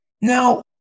Now